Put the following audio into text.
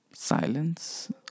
Silence